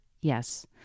Yes